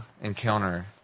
encounter